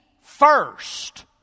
first